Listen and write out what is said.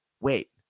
wait